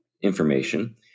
information